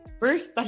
first